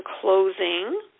closing